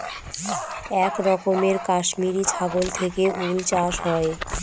এক রকমের কাশ্মিরী ছাগল থেকে উল চাষ হয়